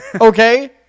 Okay